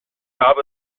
gab